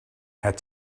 had